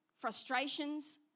frustrations